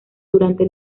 durante